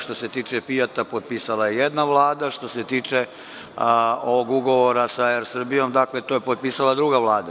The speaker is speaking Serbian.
Što se tiče „Fijata“, potpisala je jedna Vlada, a što se tiče ugovora sa „Er Srbijom“, to je potpisala druga Vlada.